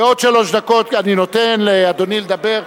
עוד שלוש דקות אני נותן לאדוני לדבר,